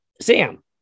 Sam